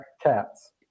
Cats